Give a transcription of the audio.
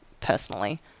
personally